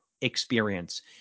experience